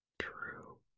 True